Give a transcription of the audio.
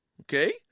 Okay